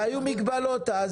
והיו מגבלות אז.